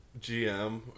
GM